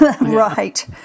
Right